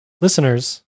listeners